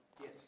Yes